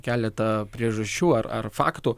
keletą priežasčių ar ar faktų